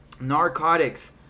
Narcotics